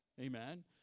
Amen